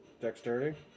Dexterity